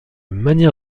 manière